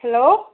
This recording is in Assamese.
হেল্ল'